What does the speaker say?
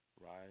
right